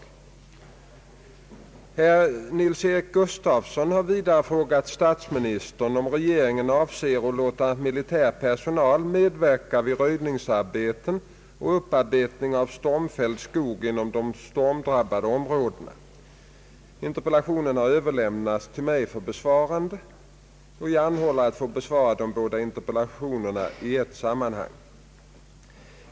Herr Nils-Eric Gustafsson har vidare frågat statsministern om regeringen avser att låta militär personal medverka vid röjningsarbeten och upparbetning av stormfälld skog inom de stormdrabbade områdena. Interpellationen har överlämnats till mig för besvarande. Jag anhåller att få besvara de båda interpellationerna i ett sammanhang.